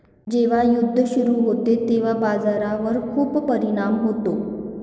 जेव्हा युद्ध सुरू होते तेव्हा बाजारावर खूप परिणाम होतो